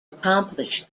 accomplish